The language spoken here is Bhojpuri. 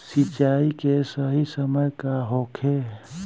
सिंचाई के सही समय का होखे?